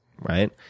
right